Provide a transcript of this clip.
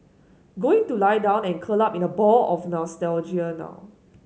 going to lie down and curl up in a ball of nostalgia now